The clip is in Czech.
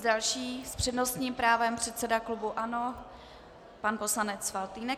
Další s přednostním právem, předseda klubu ANO pan poslanec Faltýnek.